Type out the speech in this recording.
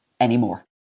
anymore